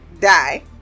Die